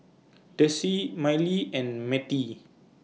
Dessie Mylee and Mattye